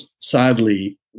sadly